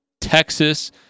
Texas